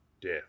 Death